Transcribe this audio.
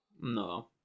No